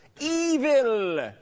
evil